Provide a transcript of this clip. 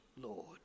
Lord